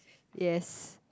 yes